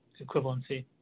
equivalency